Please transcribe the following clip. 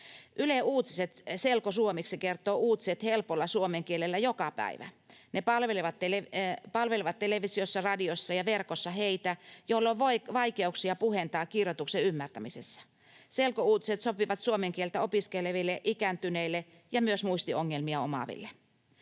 Yle Uutiset selkosuomeksi kertoo uutiset helpolla suomen kielellä joka päivä. Ne palvelevat televisiossa, radiossa ja verkossa heitä, joilla on vaikeuksia puheen tai kirjoituksen ymmärtämisessä. Selkouutiset sopivat suomen kieltä opiskeleville, ikääntyneille ja myös muistiongelmia omaaville.